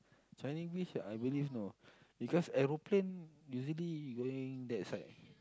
Changi-Beach I believe no because aeroplane usually going that side